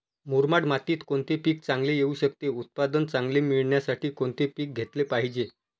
मुरमाड मातीत कोणते पीक चांगले येऊ शकते? उत्पादन चांगले मिळण्यासाठी कोणते पीक घेतले पाहिजे?